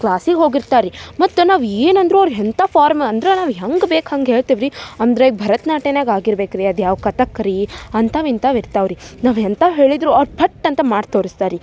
ಕ್ಲಾಸಿಗೆ ಹೋಗಿರ್ತಾರೆ ರಿ ಮತ್ತು ನಾವು ಏನಂದರೂ ಅವ್ರು ಎಂಥ ಫಾರ್ಮ್ ಅಂದ್ರೆ ಹೆಂಗೆ ಬೇಕು ಹಂಗೆ ಹೇಳ್ತೀವಿ ರಿ ಅಂದರೆ ಭರತ್ನಾಟ್ಯಗ ಆಗಿರ್ಬೇಕು ರಿ ಅದ್ಯಾವ ಕಥಕ್ ರೀ ಅಂಥವು ಇಂಥವು ಇರ್ತವೆ ರಿ ನಾವು ಎಂಥವ್ ಹೇಳಿದರೂ ಅವ್ರು ಫಟ್ ಅಂತ ಮಾಡಿ ತೋರಸ್ತಾರೆ ರಿ